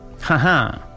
Haha